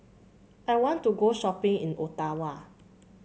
I want to go shopping in Ottawa